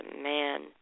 man